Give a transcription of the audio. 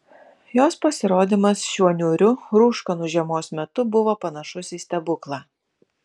jos pasirodymas šiuo niūriu rūškanu žiemos metu buvo panašus į stebuklą